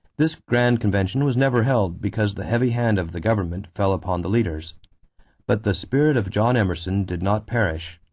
this grand convention was never held because the heavy hand of the government fell upon the leaders but the spirit of john emerson did not perish.